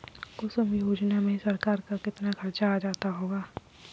कुसुम योजना में सरकार का कितना खर्चा आ जाता होगा